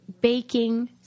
baking